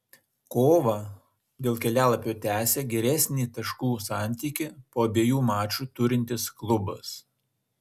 kovą dėl kelialapio tęsia geresnį taškų santykį po abiejų mačų turintis klubas